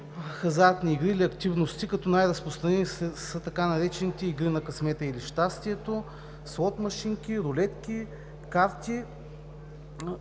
хазартни игри или активности, като най-разпространени са така наречените игри на късмета или щастието, слот-машинки, рулетка, карти.